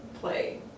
play